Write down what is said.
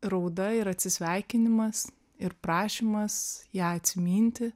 rauda ir atsisveikinimas ir prašymas ją atsiminti